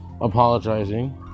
apologizing